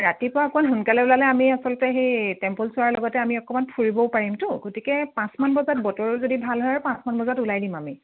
ৰাতিপুৱা অকণমান সোনকালে ওলালে আমি আচলতে সেই টেম্প'ল চোৱাৰ লগতে আমি অকণমান ফুৰিবও পাৰিমতো গতিকে পাঁচমান বজাত বতৰো যদি ভাল হয় আৰু পাঁচমান বজাত ওলাই দিম আমি